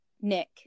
Nick